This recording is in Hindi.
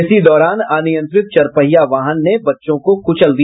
इसी दौरान अनियंत्रित चरपहिया वाहन ने बच्चों को कुचल दिया